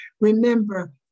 remember